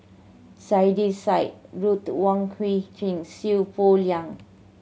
Saiedah Said Ruth Wong Hie King Seow Poh Leng